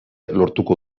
lortuko